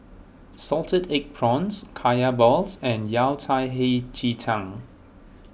Salted Egg Prawns Kaya Balls and Yao Cai Hei Ji Tang